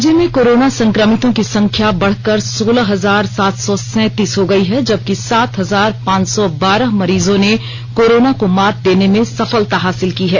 राज्य में कोरोना संक्रमितों की संख्या बढ़कर सोलह हजार सात सौ सैतीस हो गयी है जबकि सात हजार पांच सौ बारह मरीजों ने कोरोना को मात देने में सफलता हासिल की है